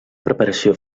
preparació